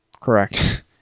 Correct